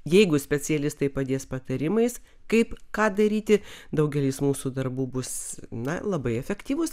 jeigu specialistai padės patarimais kaip ką daryti daugelis mūsų darbų bus na labai efektyvūs